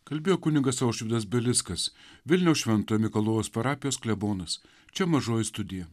kalbėjo kunigas aušvydas belickas vilniaus šventojo mikalojaus parapijos klebonas čia mažoji studija